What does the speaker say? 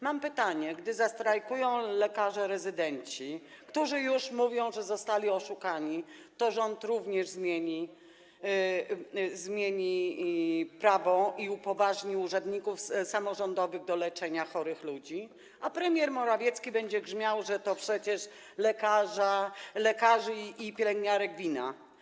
Mam pytanie: Czy gdy zastrajkują lekarze rezydenci, którzy już mówią, że zostali oszukani, rząd również zmieni prawo i upoważni urzędników samorządowych do leczenia chorych ludzi, a premier Morawiecki będzie grzmiał, że to przecież lekarzy i pielęgniarek wina?